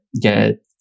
get